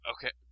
Okay